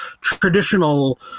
traditional